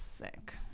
sick